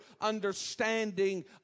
understanding